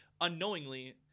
unknowingly